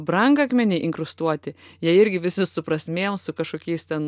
brangakmeniai inkrustuoti jie irgi visi su prasmėm su kašokiais ten